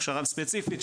הכשרה ספציפית,